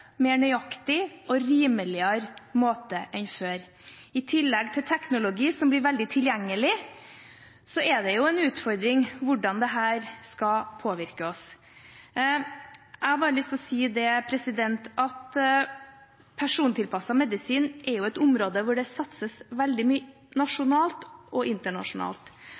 mer nøyaktig og rimeligere måte enn før. I tillegg til teknologi som blir veldig tilgjengelig, er det en utfordring hvordan dette vil påvirke oss. Jeg har bare lyst til å si at persontilpasset medisin er et område hvor det satses veldig mye, nasjonalt og internasjonalt.